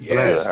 Yes